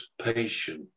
patience